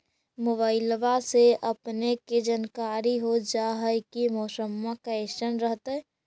मोबाईलबा से अपने के जानकारी हो जा है की मौसमा कैसन रहतय?